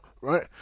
right